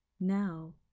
Now